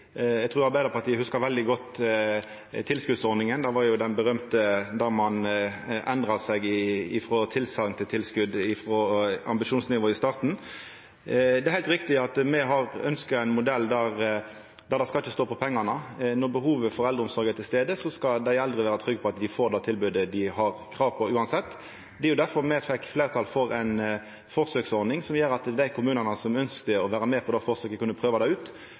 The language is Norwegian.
Eg trur Arbeidarpartiet hugsar veldig godt den berømte tilskotsordninga – då ein endra frå tilsegn til tilskot frå ambisjonsnivået i starten. Det er heilt riktig at me har ønskt ein modell der det ikkje skal stå på pengane. Når behovet for eldreomsorg er til stades, skal dei eldre vera trygge på at dei får det tilbodet dei har krav på, uansett. Det var difor me fekk fleirtal for ei forsøksordning som gjorde at dei kommunane som ønskte å vera med på forsøket, kunne prøva det ut.